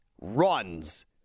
runs